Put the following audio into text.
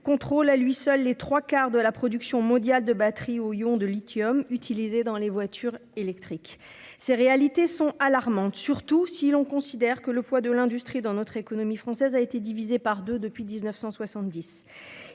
contrôle à lui seul les trois quarts de la production mondiale de batteries aux ions de lithium utilisées dans les voitures électriques. Ces faits sont alarmants. Le poids de l'industrie dans l'économie française a été divisé par deux depuis 1970.